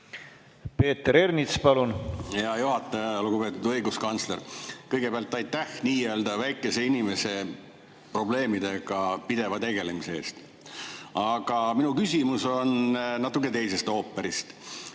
Peeter Ernits, palun! Hea juhataja! Lugupeetud õiguskantsler! Kõigepealt aitäh nii-öelda väikese inimese probleemidega pideva tegelemise eest! Aga minu küsimus on natuke teisest ooperist.